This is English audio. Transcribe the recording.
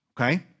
Okay